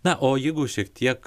na o jeigu šiek tiek